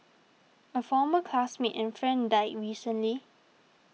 a former classmate and friend died recently